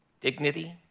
dignity